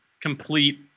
complete